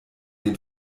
den